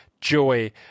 joy